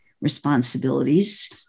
responsibilities